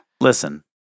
listen